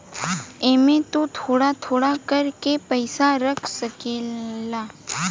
एमे तु थोड़ा थोड़ा कर के पईसा रख सकेल